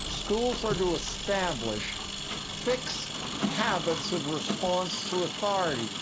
schools are to establish fixed habits of response to authority.